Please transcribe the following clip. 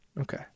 Okay